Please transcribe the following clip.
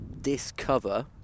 discover